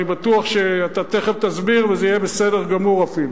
אני בטוח שאתה תיכף תסביר וזה יהיה בסדר גמור אפילו.